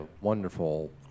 wonderful